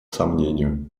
сомнению